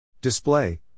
Display